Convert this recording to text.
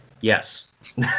yes